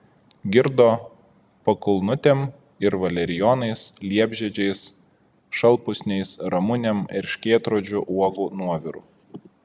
girdo pakalnutėm ir valerijonais liepžiedžiais šalpusniais ramunėm erškėtrožių uogų nuoviru